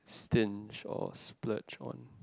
stinge or splurge on